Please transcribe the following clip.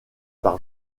par